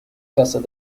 casas